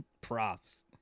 props